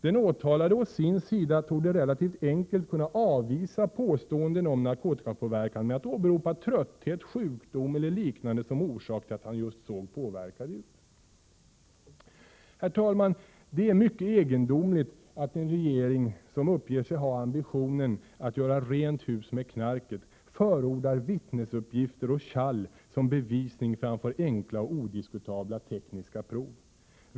Den åtalade å sin sida torde relativt enkelt kunna avvisa påståenden om narkotikapåverkan med att åberopa trötthet, sjukdom eller liknande som orsak till att han såg påverkad ut. Herr talman! Det är mycket egendomligt att en regering som uppger sig ha ambitionen att göra ”rent hus med knarket” förordar vittnesuppgifter och ”tjall” som bevisning framför enkla och odiskutabla tekniska prov.